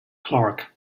clarke